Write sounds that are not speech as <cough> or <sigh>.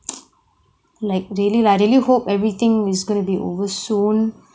<noise> like really lah really hope everything is gonna be over soon